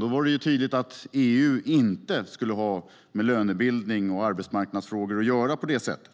Då var det tydligt att EU inte skulle ha med lönebildning och arbetsmarknadsfrågor att göra på det sättet.